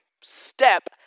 step